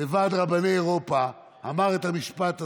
לוועד רבני אירופה, אמר את המשפט הזה: